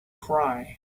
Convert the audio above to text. cry